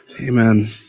Amen